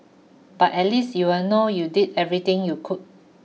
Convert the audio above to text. but at least you'll know you did everything you could